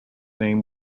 name